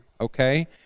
okay